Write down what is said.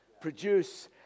produce